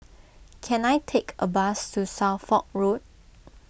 can I take a bus to Suffolk Road